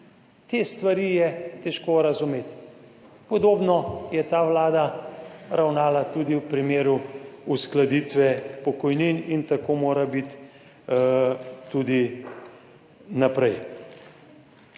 Te stvari je težko razumeti. Podobno je ta vlada ravnala tudi v primeru uskladitve pokojnin in tako mora biti tudi naprej.